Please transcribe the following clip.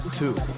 two